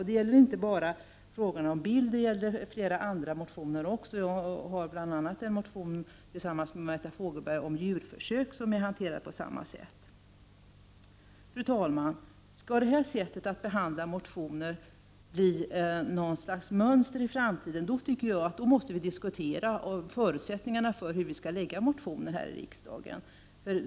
Det gäller inte bara frågan om bild — det gäller också flera andra motioner. Jag har bl.a. tillsammans med Margareta Fogelberg väckt en motion om djurförsök som har hanterats på samma sätt. Fru talman! Skall det här sättet att behandla motioner bli något slags mönster för framtiden måste vi diskutera förutsättningarna för att väcka motioner här i riksdagen.